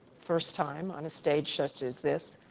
first time on a stage such as this,